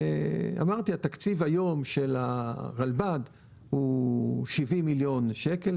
ואמרתי: התקציב היום של הרלב"ד הוא סדר גודל של 70 מיליון שקל,